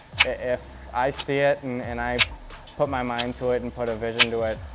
if i see it and and i put my mind to it and put a vision to it,